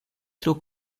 tro